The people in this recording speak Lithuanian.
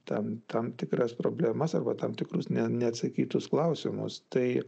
tam tam tikras problemas arba tam tikrus neatsakytus klausimus tai